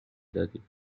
دادیم